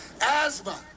asthma